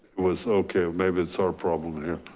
it was okay. maybe it's our problem here.